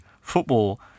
football